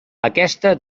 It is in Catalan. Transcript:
aquesta